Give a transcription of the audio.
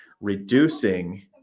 reducing